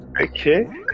Okay